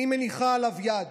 אני מניחה עליו יד: